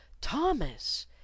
Thomas